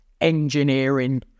engineering